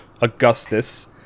Augustus